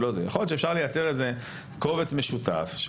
יכול להיות שאפשר לייצר איזה קובץ משותף.